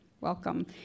Welcome